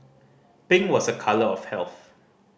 pink was a colour of health